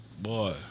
Boy